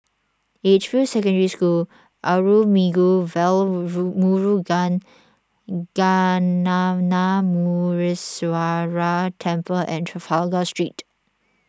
Edgefield Secondary School Arulmigu Velmurugan Gnanamuneeswarar Temple and Trafalgar Street